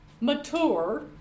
mature